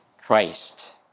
Christ